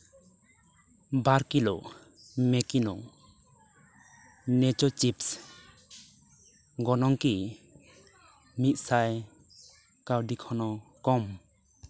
ᱵᱟᱨᱠᱤᱞᱳ ᱢᱮᱠᱤᱱᱳ ᱱᱮᱪᱚᱨ ᱪᱤᱯᱥ ᱜᱚᱱᱚᱝ ᱠᱤ ᱢᱤᱫ ᱥᱟᱭ ᱠᱟᱹᱣᱰᱤ ᱠᱷᱚᱱ ᱦᱚᱸ ᱠᱚᱢ